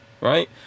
right